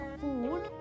food